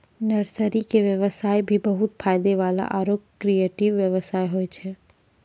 nursery के व्यवसाय भी बहुत फायदा वाला आरो क्रियेटिव व्यवसाय होय छै